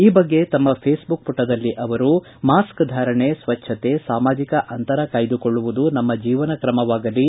ಈ ಬಗ್ಗೆ ತಮ್ಮ ಫೇಸ್ ಬುಕ್ ಪುಟದಲ್ಲಿ ಅವರು ಮಾಸ್ಕ್ಧಾರಣೆ ಸ್ವಜ್ವತೆ ಸಾಮಾಜಿಕ ಅಂತರ ಕಾಯ್ದುಕೊಳ್ಳುವುದು ನಮ್ಮ ಜೀವನಕ್ರಮವಾಗಲಿ